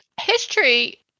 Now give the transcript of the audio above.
history